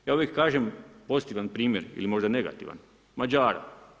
Ja uvijek kažem pozitivan primjer ili možda negativan Mađara.